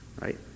right